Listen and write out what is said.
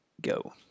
go